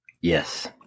Yes